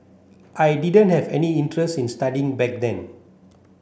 I didn't have any interest in studying back then